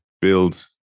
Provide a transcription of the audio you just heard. build